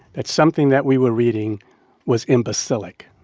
that something that we were reading was imbecilic.